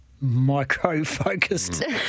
micro-focused